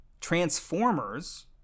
transformers